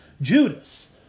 Judas